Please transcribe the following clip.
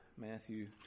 matthew